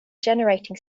generating